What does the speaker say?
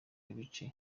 ibice